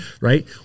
Right